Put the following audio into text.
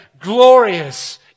glorious